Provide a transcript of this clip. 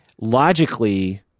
logically